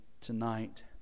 tonight